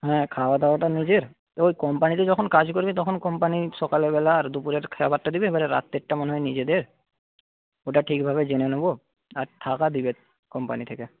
হ্যাঁ খাওয়া দাওয়াটা নিজের তো ওই কোম্পানিতে যখন কাজ করবে তখন কোম্পানি সকালবেলা আর দুপুরের খাবারটা দেবে এবারে রাত্রেরটা মনে হয় নিজেদের ওটা ঠিকভাবে জেনে নেব আর থাকা দেবে কোম্পানি থেকে